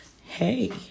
hey